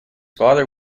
father